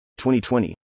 2020